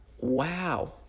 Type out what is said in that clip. Wow